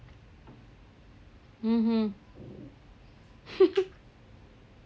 mmhmm